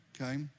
Okay